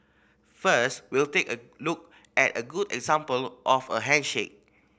first we'll take a look at a good example of a handshake